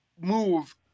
move